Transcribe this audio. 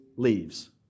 leaves